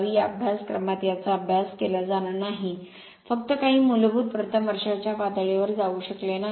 या अभ्यासक्रमात याचा अभ्यास केला जाणार नाही फक्त काही मूलभूत प्रथम वर्षाच्या पातळीवर जाऊ शकले नाहीत